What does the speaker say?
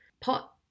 pot